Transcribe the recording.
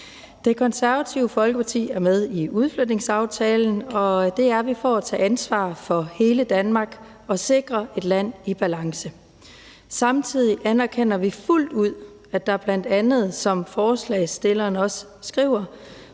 Det Konservative Folkeparti er med i udflytningsaftalen, og det er vi, fordi vi vil tage et ansvar for hele Danmark og sikre et land i balance. Samtidig anerkender vi også fuldt ud, at der bl.a., som forslagsstillerne også skriver,